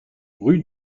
rue